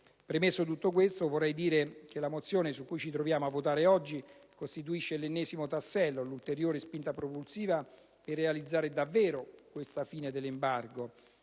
Premesso tutto ciò, vorrei dire che la mozione che ci accingiamo a votare oggi costituisce l'ennesimo tassello, l'ulteriore spinta propulsiva per realizzare davvero la fine dell'embargo,